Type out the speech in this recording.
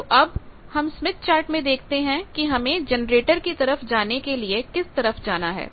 तो अब हम स्मिथ चार्ट में देखते हैं कि हमें जनरेटर की तरफ जाने के लिए किस तरफ जाना है